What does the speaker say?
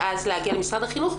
ואז להגיע למשרד החינוך,